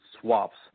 swaps